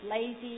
lazy